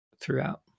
throughout